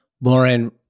Lauren